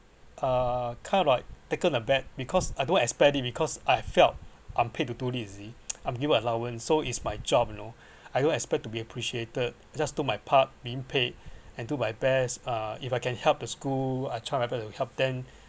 uh kind of like taken aback because I don't expect it because I felt unpaid to do lazy I'm given allowance so is my job you know I don't expect to be appreciated just do my part being paid and do my best uh if I can help the school I try my best to help them